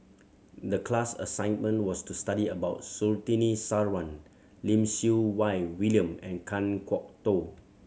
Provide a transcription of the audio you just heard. the class assignment was to study about Surtini Sarwan Lim Siew Wai William and Kan Kwok Toh